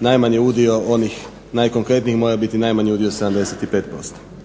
najmanji udio onih najkonkretnijih mora biti najmanji udio 75%.